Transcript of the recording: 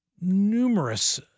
numerous